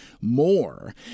more